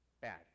Bad